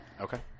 Okay